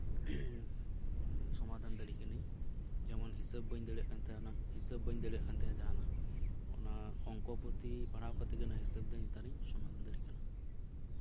ᱥᱚᱢᱟᱫᱷᱟᱱ ᱫᱟᱲᱮ ᱠᱟᱫᱟᱧ ᱡᱮᱢᱚᱱ ᱦᱤᱥᱟᱹᱵ ᱵᱟᱹᱧ ᱫᱟᱲᱮᱭᱟᱜ ᱠᱟᱱ ᱛᱟᱦᱮᱱᱟ ᱦᱤᱥᱟᱹᱵ ᱵᱟᱹᱧ ᱫᱟᱲᱮᱭᱟᱜ ᱠᱟᱱ ᱛᱟᱦᱮᱸᱜ ᱡᱟᱦᱟᱱᱟᱜ ᱚᱱᱟ ᱚᱝᱠᱚ ᱯᱩᱛᱷᱤ ᱯᱟᱲᱦᱟᱣ ᱠᱟᱛᱮ ᱜᱮ ᱦᱤᱥᱟᱹᱵ ᱫᱚ ᱱᱮᱛᱟᱨ ᱤᱧ ᱥᱚᱢᱟᱫᱷᱟᱱ ᱫᱟᱲᱮᱭᱟᱜ ᱠᱟᱱᱟ